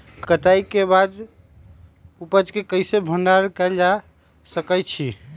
कटाई के बाद उपज के कईसे भंडारण कएल जा सकई छी?